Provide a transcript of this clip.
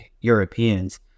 Europeans